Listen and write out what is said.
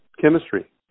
chemistry